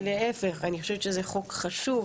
להיפך, אני חושבת שזה חוק חשוב.